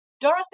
Dorothy